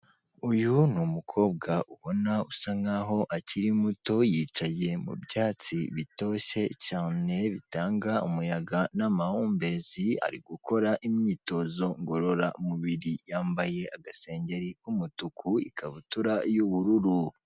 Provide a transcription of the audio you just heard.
Uyu ni umukobwa ubona asa nkaho akiri muto, yicaye mu byatsi bitoshye cyane bitanga umuyaga n'amahumbezi, ari gukora imyitozo ngororamubiri, yambaye agasengeri k'umutuku, ikabutura y'ubururu.